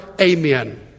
Amen